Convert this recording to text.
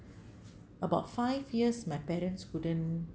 about five years my parents couldn't